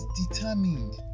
determined